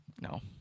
No